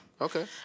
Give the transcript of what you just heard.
Okay